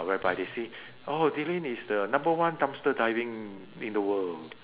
uh whereby they say oh dylan is the number one dumpster diving in the world